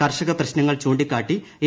കർഷക പ്രശ്നങ്ങൾ ചൂണ്ടിക്കാട്ടി എ